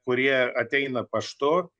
kurie ateina paštu